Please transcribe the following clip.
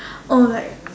oh like